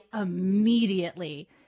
immediately